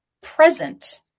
present